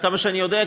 עד כמה שאני יודע,